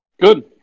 Good